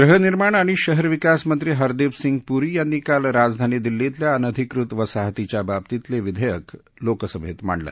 गृहनिर्माण आणि शहर विकास मंत्री हरदिप सिंग पुरी यांनी काल राजधानी दिल्लीतल्या अनधिकृत वसाहतीच्या बाबतीतले विधेयक लोकसभेत मांडलं